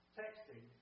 texting